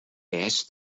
asked